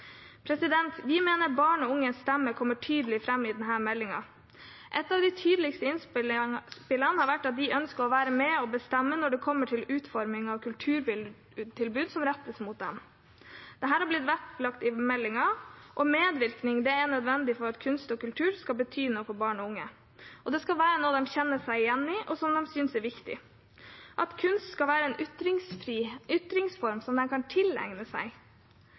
Vi mener barn og unges stemme kommer tydelig fram i denne meldingen. Et av de tydeligste innspillene har vært at de ønsker å være med og bestemme når det kommer til utforming av kulturtilbud som rettes mot dem. Dette har blitt vektlagt i meldingen. Medvirkning er nødvendig for at kunst og kultur skal bety noe for barn og unge. Det skal være noe de kjenner seg igjen i og synes er viktig. Kunst skal være en ytringsform som de kan tilegne seg.